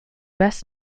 best